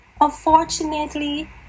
unfortunately